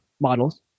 models